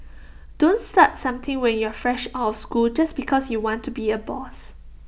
don't start something when you're fresh out of school just because you want to be A boss